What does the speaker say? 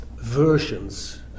versions